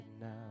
now